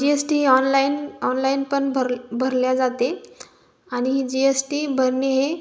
जी S T online online पन भर भरल्या जाते आणि जी एस टी भरणे हे